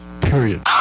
Period